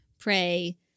pray